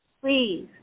please